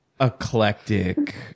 eclectic